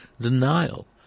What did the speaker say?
denial